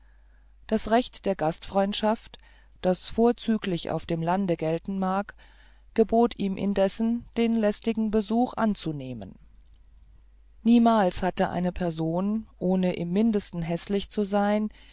das recht der gastfreundschaft das vorzüglich auf dem lande gelten mag gebot ihm indessen den lästigen besuch anzunehmen niemals hatte eine person ohne im mindesten häßlich zu sein